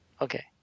Okay